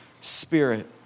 spirit